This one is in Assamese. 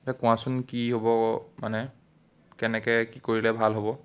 এতিয়া কোৱাচোন কি হ'ব মানে কেনেকে কি কৰিলে ভাল হ'ব